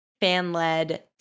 fan-led